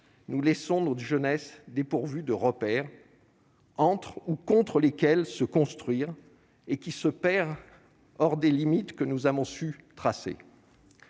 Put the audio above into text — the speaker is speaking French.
nous laissons notre jeunesse dépourvus de repères entre ou contre lesquels se construire et qui se perd hors des limites que nous avons su tracer.